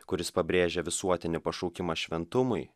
kuris pabrėžia visuotinį pašaukimą šventumui